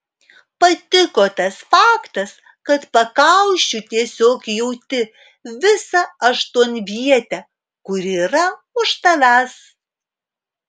patiko tas faktas kad pakaušiu tiesiog jauti visą aštuonvietę kuri yra už tavęs